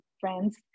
friends